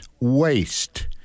Waste